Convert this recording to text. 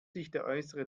äußere